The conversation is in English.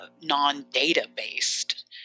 non-data-based